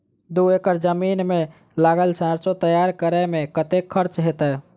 दू एकड़ जमीन मे लागल सैरसो तैयार करै मे कतेक खर्च हेतै?